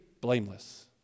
blameless